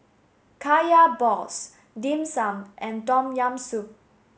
Kaya Balls Dim Sum and Tom Yam Soup